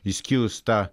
išskyrus tą